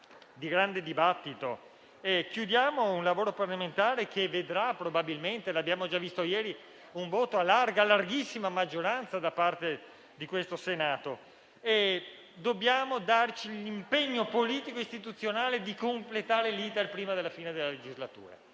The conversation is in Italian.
un grande dibattito. Chiudiamo un lavoro parlamentare che vedrà probabilmente, come abbiamo già visto ieri, un voto a larga, larghissima maggioranza da parte del Senato. Dobbiamo darci l'impegno politico istituzionale di completare l'*iter* prima della fine della legislatura.